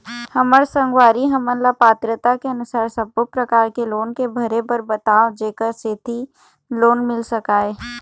हमर संगवारी हमन ला पात्रता के अनुसार सब्बो प्रकार के लोन के भरे बर बताव जेकर सेंथी लोन मिल सकाए?